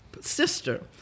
sister